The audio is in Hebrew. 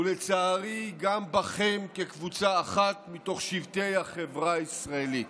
ולצערי גם בכם כקבוצה אחת מתוך שבטי החברה הישראלית.